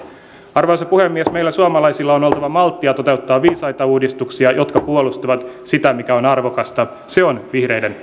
arvoisa puhemies meillä suomalaisilla on oltava malttia toteuttaa viisaita uudistuksia jotka puolustavat sitä mikä on arvokasta se on vihreiden